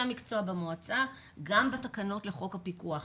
המקצוע במועצה גם בתקנות לחוק הפיקוח,